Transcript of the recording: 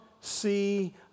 see